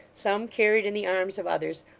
some carried in the arms of others,